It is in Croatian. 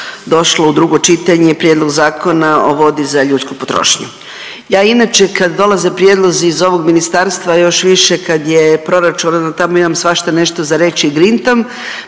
došlo u drugo čitanje Prijedlog Zakona o vodi za ljudsku potrošnju. Ja inače kad dolaze prijedlozi iz ovog ministarstva, a još više kad je proračun onda tamo imam svašta nešto za reći i grintam